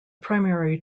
primary